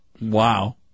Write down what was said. Wow